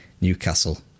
Newcastle